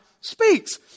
speaks